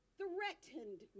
threatened